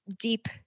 deep